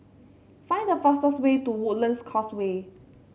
find the fastest way to Woodlands Causeway